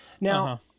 Now